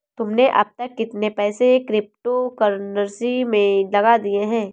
तुमने अब तक कितने पैसे क्रिप्टो कर्नसी में लगा दिए हैं?